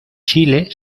chile